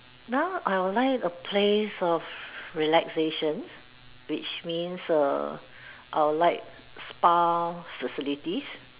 now I will like a place of relaxation which means err I will like spa facilities